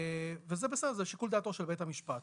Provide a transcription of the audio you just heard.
וזה בסדר, זה שיקול דעתו של בית המשפט.